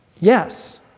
yes